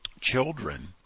children